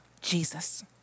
Jesus